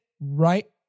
right